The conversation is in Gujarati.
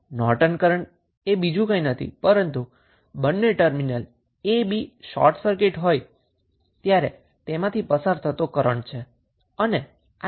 નોર્ટન કરન્ટ એ બીજું કંઈ નથી પરંતુ જ્યારે બંને terminal a b short circuit હોય ત્યારે તેમાથી પસાર થતો કરન્ટ છે